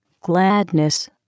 gladness